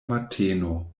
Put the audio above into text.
mateno